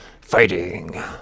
Fighting